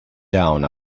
down